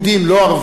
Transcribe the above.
לא ערבים,